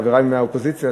חברי מהאופוזיציה,